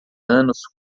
anos